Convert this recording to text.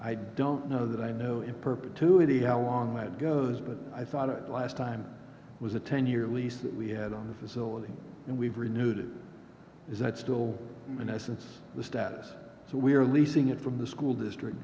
i don't know that i know in perpetuity how long it goes but i thought it last time was a ten year lease that we had on the facility and we've renewed it is that still in essence the status so we are leasing it from the school district